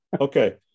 Okay